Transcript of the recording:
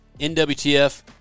NWTF